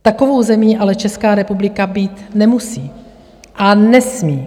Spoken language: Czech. Takovou zemí ale Česká republika být nemusí a nesmí.